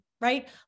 right